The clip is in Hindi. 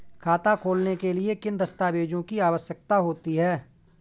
खाता खोलने के लिए किन दस्तावेजों की आवश्यकता होती है?